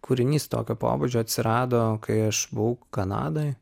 kūrinys tokio pobūdžio atsirado kai aš buvau kanadoj